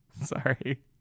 Sorry